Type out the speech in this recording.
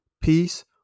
peace